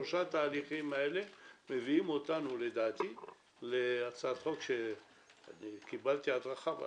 שלושה התהליכים האלה מביאים אותנו לדעתי להצעת החוק שקיבלתי בה הדרכה,